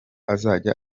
azajya